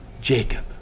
Jacob